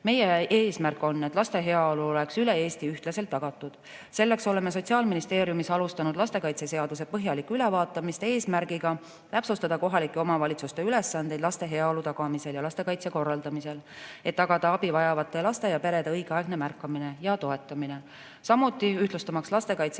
Meie eesmärk on, et laste heaolu oleks üle Eesti ühtlaselt tagatud. Selleks oleme Sotsiaalministeeriumis alustanud lastekaitseseaduse põhjalikku ülevaatamist eesmärgiga täpsustada kohalike omavalitsuste ülesandeid laste heaolu tagamisel ja lastekaitse korraldamisel, et tagada abi vajavate laste ja perede õigeaegne märkamine ja toetamine, samuti ühtlustamaks lastekaitsetöö